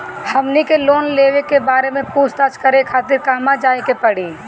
हमनी के लोन सेबा के बारे में पूछताछ करे खातिर कहवा जाए के पड़ी?